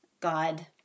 God